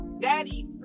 daddy